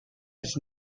his